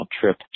trip